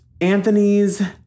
Anthony's